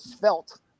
felt